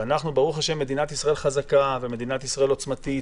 וברוך השם מדינת ישראל חזקה ועוצמתית,